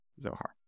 Zohar